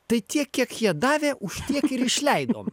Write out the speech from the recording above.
tai tiek kiek jie davė už tiek ir išleidom